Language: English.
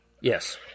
Yes